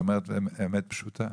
את אומרת אמת פשוטה.